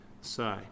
say